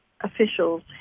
officials